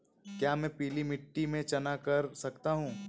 क्या मैं पीली मिट्टी में चना कर सकता हूँ?